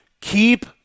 Keep